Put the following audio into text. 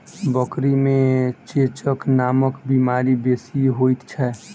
बकरी मे चेचक नामक बीमारी बेसी होइत छै